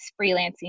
freelancing